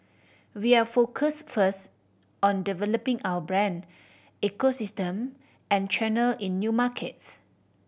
we are focused first on developing our brand ecosystem and channel in new markets